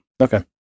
Okay